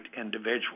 individual